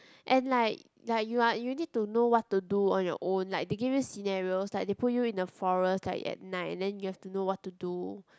and like like you are you need to know what to do on your own like they give you scenarios like they put you in a forest like at night and then you have to know what to do